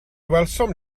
welsom